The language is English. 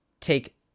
take